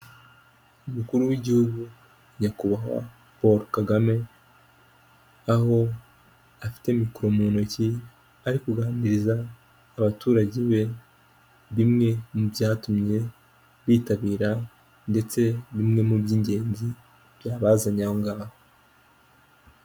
Umukuru w'igihugu nyakubahwa paul kagame aho afite mikoro mu ntoki ari kuganibiririza abaturage be ,bimwe mu byatumye bitabira ndetse bimwe mu by'ingenzi byabazanye aho ngaho.